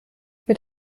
mit